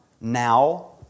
now